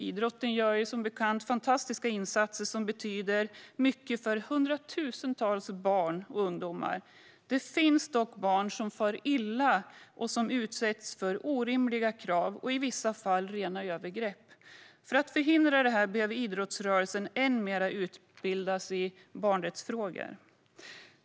Idrotten gör som bekant fantastiska insatser som betyder mycket för hundratusentals barn och ungdomar. Det finns dock barn som far illa och som utsätts för orimliga krav, i vissa fall rena övergrepp. För att förhindra det behöver idrottsrörelsen utbildas ännu mer i barnrättsfrågor.